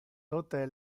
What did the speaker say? tote